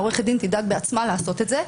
עורכת הדין תדאג בעצמה לעשות את זה,